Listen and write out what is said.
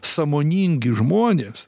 sąmoningi žmonės